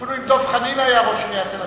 אפילו דב חנין, אם היה ראש עיריית תל-אביב,